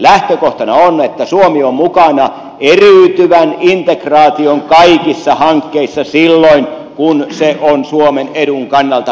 lähtökohtana on että suomi on mukana eriytyvän integraation kaikissa hankkeissa silloin kun se on suomen edun kannalta perusteltua